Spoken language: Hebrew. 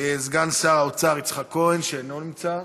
סגן שר האוצר יצחק כהן, שאינו נמצא.